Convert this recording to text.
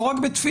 לא רק בתפילות,